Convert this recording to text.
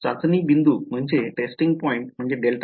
चाचणी बिंदू म्हणजे डेल्टा चाचणी